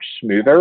smoother